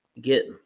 get